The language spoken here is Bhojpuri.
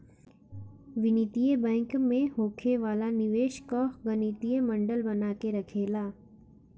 वित्तीय बैंक में होखे वाला निवेश कअ गणितीय मॉडल बना के रखेला